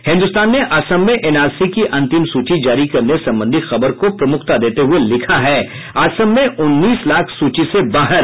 हिन्दुस्तान ने असम में एनआरसी की अंतिम सूची जारी करने संबंधी खबर को प्रमुखता देते हुये लिखा है असम में उन्नीस लाख सूची से बाहर